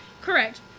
Correct